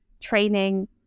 training